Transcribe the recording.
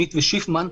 שניט ושיפמן,